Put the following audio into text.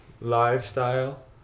lifestyle